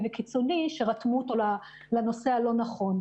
וקיצוני שרתמו אותו לנושא הלא נכון.